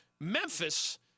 Memphis